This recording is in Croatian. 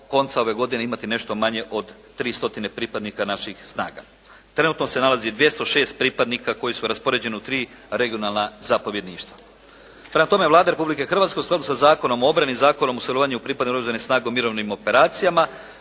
konca ove godine imati nešto manje od 3 stotine pripadnika naših snaga. Trenutno se nalazi 206 pripadnika koji su raspoređeni u tri regionalna zapovjedništva. Prema tome, Vlada Republike Hrvatske u skladu sa Zakonom o obrani, Zakonom o sudjelovanju pripadnika Oružanih snaga u mirovnim operacijama